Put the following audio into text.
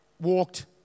walked